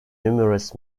numerous